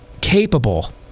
capable